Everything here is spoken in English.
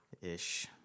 ish